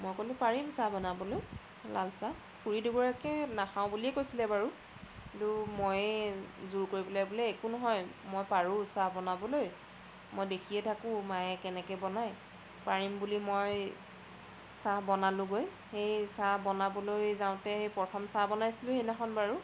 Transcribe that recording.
মই ক'লো পাৰিম চাহ বনাবলৈ লাল চাহ খুৰী দুগৰাকীয়ে নাখাওঁ বুলিয়ে কৈছিলে বাৰু কিন্তু ময়ে জোৰ কৰি পেলাই বোলে একো নহয় মই পাৰো চাহ বনাবলৈ মই দেখিয়ে থাকো মায়ে কেনেকৈ বনায় পাৰিম বুলি মই চাহ বনালোঁগৈ সেই চাহ বনাবলৈ যাওঁতে এই প্ৰথম চাহ বনাইছিলোঁ সেইদিনাখন বাৰু